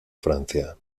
francia